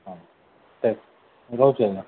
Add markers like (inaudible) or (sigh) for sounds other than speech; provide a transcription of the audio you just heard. ହଁ (unintelligible) ରହୁଛି ଆଜ୍ଞା